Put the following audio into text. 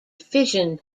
fission